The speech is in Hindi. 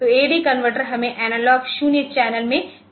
तो AD कन्वर्टर हमें एनालॉग 0 चैनल में मिला है